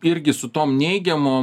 irgi su tom neigiamom